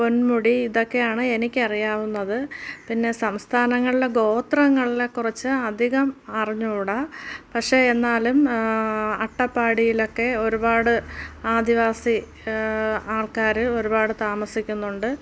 പൊന്മുടി ഇതൊക്കെയാണ് എനിക്കറിയാവുന്നത് പിന്നെ സംസ്ഥാനങ്ങളിൽ ഗോത്രങ്ങളെ കുറിച്ച് അധികം അറിഞ്ഞുകൂടാ പക്ഷേ എന്നാലും അട്ടപ്പാടീലൊക്കെ ഒരുപാട് ആദിവാസി ആൾക്കാർ ഒരുപാട് താമസിക്കുന്നുണ്ട്